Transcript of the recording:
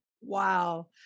Wow